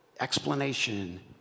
Explanation